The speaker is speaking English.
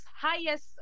highest